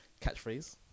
catchphrase